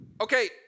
okay